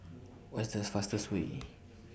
What's The fastest Way